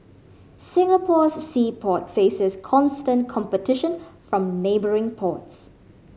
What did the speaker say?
Singapore's sea port faces constant competition from neighbouring ports